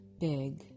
big